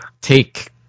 take